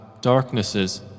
darknesses